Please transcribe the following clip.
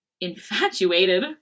Infatuated